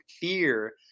fear